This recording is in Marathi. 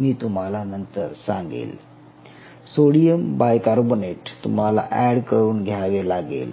मी तुम्हाला नंतर सांगेल सोडियम बायकार्बोनेट तुम्हाला ऍड करून घ्यावे लागेल